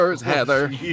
Heather